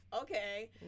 okay